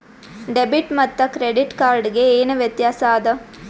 Debit ಮತ್ತ credit card ಗೆ ಏನ ವ್ಯತ್ಯಾಸ ಆದ?